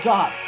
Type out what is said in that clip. God